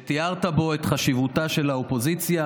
תיארת בו את חשיבותה של האופוזיציה